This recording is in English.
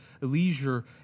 leisure